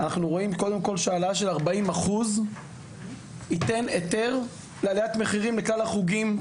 העלאה של 40% תיתן היתר להעלאת מחירים של כלל החוגים,